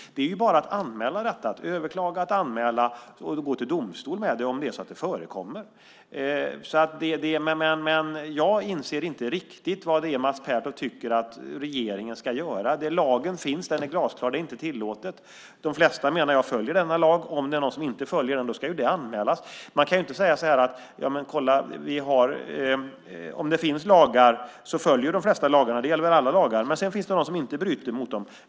Det är bara att anmäla detta. Det är bara att överklaga, att anmäla och gå till domstol med det om det förekommer. Jag inser inte riktigt vad det är Mats Pertoft tycker att regeringen ska göra. Lagen finns. Den är glasklar. Detta är inte tillåtet. Jag menar att de flesta följer denna lag. Om det är någon som inte följer den ska det anmälas. Om det finns lagar följer de flesta lagarna. Det gäller väl alla lagar. Men sedan finns det några som bryter mot dem.